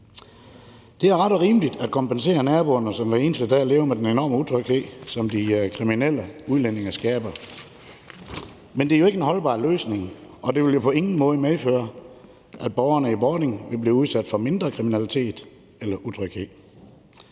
Det er ret og rimeligt at kompensere naboerne, som hver eneste dag lever med den enorme utryghed, som de kriminelle udlændinge skaber. Men det er jo ikke en holdbar løsning, og det vil på ingen måde medføre, at borgerne i Bording vil blive udsat for mindre kriminalitet eller utryghed.